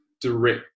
direct